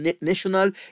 national